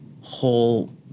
whole